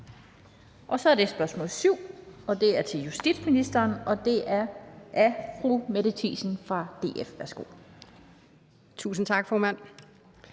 6. Så er det spørgsmål nr. 7. Det er til justitsministeren, og det er af fru Mette Thiesen fra DF. Kl. 15:52 Spm. nr.